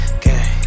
Gang